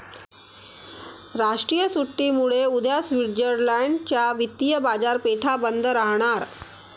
राष्ट्रीय सुट्टीमुळे उद्या स्वित्झर्लंड च्या वित्तीय बाजारपेठा बंद राहणार